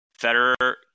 Federer